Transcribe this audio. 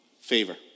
Favor